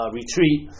retreat